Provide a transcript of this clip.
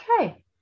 okay